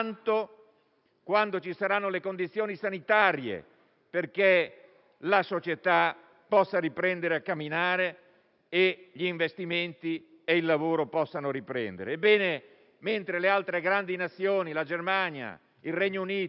quando ci saranno le condizioni sanitarie perché la società possa riprendere a camminare e gli investimenti e il lavoro possano riprendere. Mentre le altre grandi Nazioni come la Germania, il Regno Unito